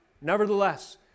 Nevertheless